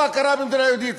לא הכרה במדינה יהודית,